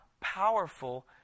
powerful